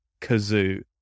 Kazoo